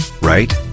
right